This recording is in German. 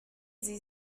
sie